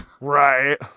Right